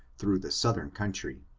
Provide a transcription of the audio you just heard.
through the southern country.